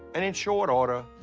and in short order,